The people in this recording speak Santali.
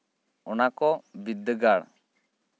ᱚᱱᱟ ᱠᱚ ᱵᱤᱫᱽᱫᱟᱹᱜᱟᱲ